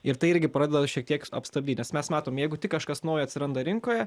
ir tai irgi pradeda šiek tiek apstabdy nes mes matom jeigu tik kažkas naujo atsiranda rinkoje